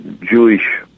Jewish